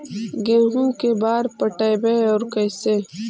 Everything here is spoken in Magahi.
गेहूं के बार पटैबए और कैसे?